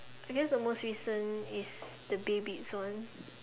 I guess the most recent is the baybeats ones